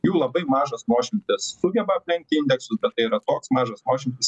jų labai mažas nuošimtis sugeba aplenkti indeksus bet tai yra toks mažas nuošimtis